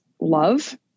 love